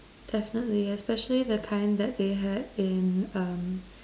definitely especially the kind that they had in um